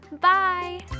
Bye